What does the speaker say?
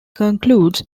concludes